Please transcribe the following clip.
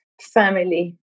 family